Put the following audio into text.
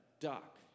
duck